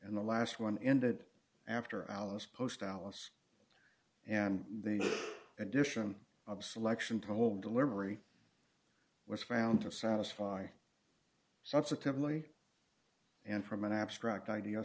and the last one ended after alice post alice and the addition of selection told deliberate was found to satisfy subsequently and from an abstract idea